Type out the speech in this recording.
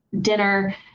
dinner